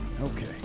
Okay